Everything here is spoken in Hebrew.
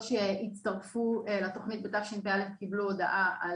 שהצטרפו לתוכנית בשנת הלימודים תשפ"א קיבלו הודעה.